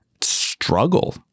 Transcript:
struggle